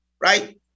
Right